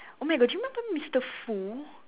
oh my god you remember Mister Foo